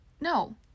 No